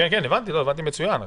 הבנתי מצוין.